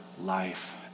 life